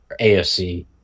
AFC